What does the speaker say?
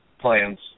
plans